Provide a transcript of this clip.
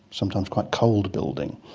sometimes quite cold building.